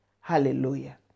Hallelujah